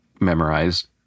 memorized